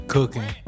Cooking